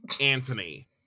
Anthony